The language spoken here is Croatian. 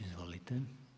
Izvolite.